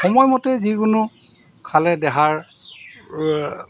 সময়মতে যিকোনো খালে দেহাৰ